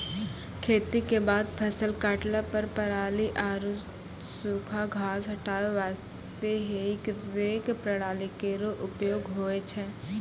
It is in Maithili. खेती क बाद फसल काटला पर पराली आरु सूखा घास हटाय वास्ते हेई रेक प्रणाली केरो उपयोग होय छै